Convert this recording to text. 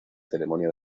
ceremonia